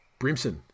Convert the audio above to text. Brimson